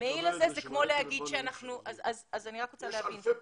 המייל הזה --- יש אלפי פניות.